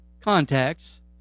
contacts